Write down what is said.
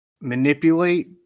manipulate